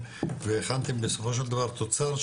הכנתם בסופו של דבר תוצר,